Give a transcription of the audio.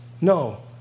no